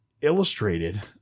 illustrated